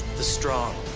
the strong.